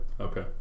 Okay